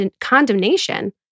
condemnation